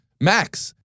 Max